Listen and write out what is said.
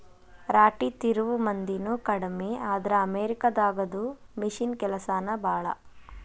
ರಾಟಿ ತಿರುವು ಮಂದಿನು ಕಡಮಿ ಆದ್ರ ಅಮೇರಿಕಾ ದಾಗದು ಮಿಷನ್ ಕೆಲಸಾನ ಭಾಳ